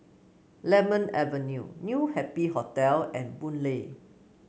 Lemon Avenue New Happy Hotel and Boon Lay